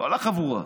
לא לחבורה.